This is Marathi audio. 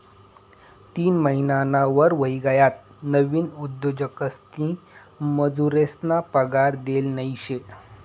तीन महिनाना वर व्हयी गयात नवीन उद्योजकसनी मजुरेसना पगार देल नयी शे